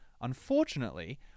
Unfortunately